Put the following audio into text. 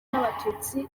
n’abatutsi